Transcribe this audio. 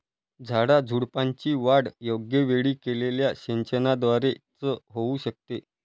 झाडाझुडपांची वाढ योग्य वेळी केलेल्या सिंचनाद्वारे च होऊ शकते